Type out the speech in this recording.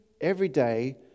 everyday